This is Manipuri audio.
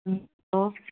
ꯎꯝ ꯍꯜꯂꯣ